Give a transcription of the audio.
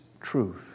truth